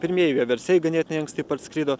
pirmieji vieversiai ganėtinai anksti parskrido